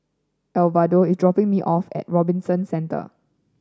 Alvaro is dropping me off at Robinson Centre